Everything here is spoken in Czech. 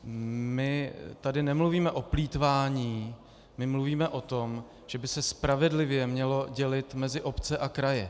My tu nemluvíme o plýtvání, my mluvíme o tom, že by se spravedlivě mělo dělit mezi obce a kraje.